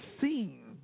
seen